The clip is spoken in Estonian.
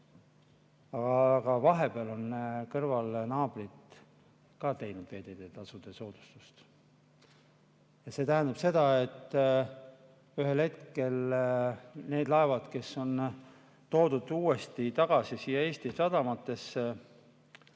Aga vahepeal on kõrval naabrid ka teinud veeteetasu soodustust. See tähendab, et ühel hetkel need laevad, kes on toodud tagasi Eesti sadamatesse,